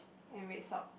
and red sock